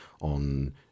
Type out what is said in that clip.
on